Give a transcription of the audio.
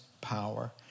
power